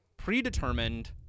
predetermined